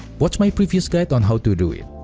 watch my previous guide on how to do it.